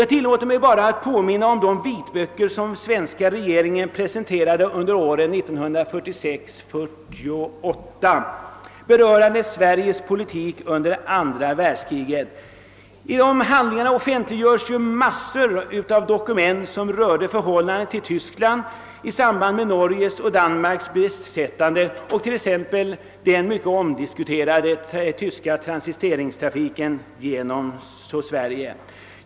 Jag tillåter mig bara att påminna om de vitböcker, som den svenska regeringen presenterade under åren 1946—1948 berörande Sveriges politik under andra världskriget. I dessa handlingar offentliggjordes en rad doku ment, som rörde förhållandet till Tyskland i samband med Norges och Danmarks besättande samt t.ex. den mycket omdiskuterade tyska transiteringstrafiken genom Sverige.